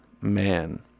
man